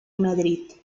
madrid